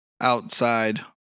outside